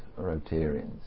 Rotarians